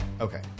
okay